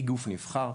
היא גוף נבחר,